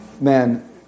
man